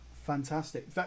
Fantastic